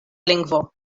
lingvo